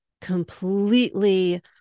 completely